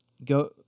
Go